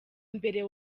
mbere